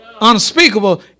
unspeakable